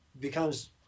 becomes